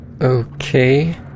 Okay